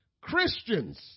Christians